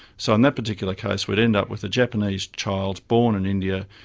so in that particular case we'd end up with a japanese child born in india,